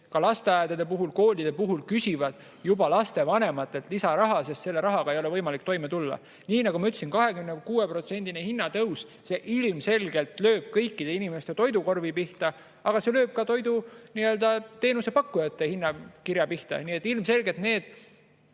kes lasteaedade puhul ja koolide puhul küsivad juba lastevanematelt lisaraha, sest selle rahaga ei ole võimalik toime tulla. Nii nagu ma ütlesin, 26%-line hinnatõus ilmselgelt lööb kõikide inimeste toidukorvi pihta, aga see lööb ka toidu nii-öelda teenusepakkujate hinnakirja pihta. Nii et ilmselgelt need